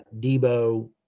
Debo